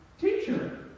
Teacher